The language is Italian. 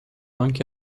anche